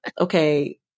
Okay